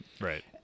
right